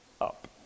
up